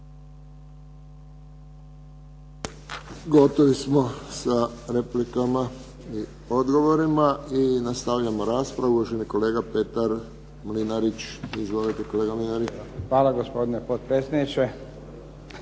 Gotovi smo sa replikama i odgovorima. Nastavljamo raspravu. Uvaženi kolega Petar Mlinarić. Izvolite kolega Mlinarić. **Mlinarić,